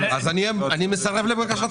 אין שום הצדקה שנשית על לוד,